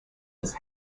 his